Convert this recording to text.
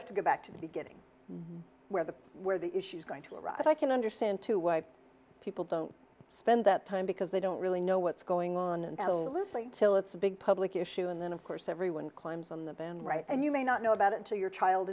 have to go back to the beginning where the where the issue's going to iraq i can understand to why people don't spend that time because they don't really know what's going on and absolutely till it's a big public issue and then of course everyone climbs on the band right and you may not know about until your child